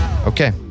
Okay